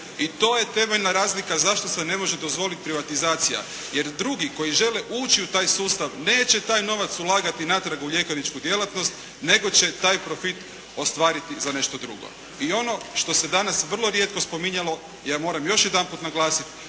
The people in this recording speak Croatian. i to je temeljna razlika zašto se ne može dozvoliti privatizacija jer drugi koji žele ući u taj sustav neće taj novac ulagati natrag u ljekarničku djelatnost nego će taj profit ostvariti za nešto drugo. I ono što se danas vrlo rijetko spominjalo ja moram još jedanput naglasiti,